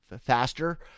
faster